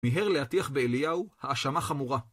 מיהר להטיח באליהו האשמה חמורה.